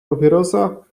papierosa